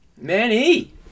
Manny